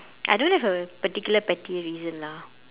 I don't have a particular petty reason lah